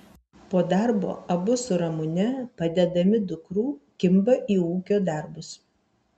po darbo abu su ramune padedami dukrų kimba į ūkio darbus